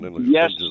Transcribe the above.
Yes